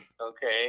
Okay